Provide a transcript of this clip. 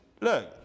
look